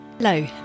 Hello